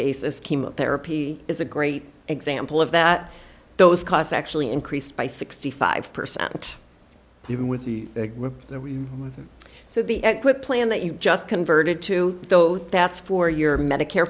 basis chemotherapy is a great example of that those costs actually increased by sixty five percent even with the so the quit plan that you just converted to though that's for your medicare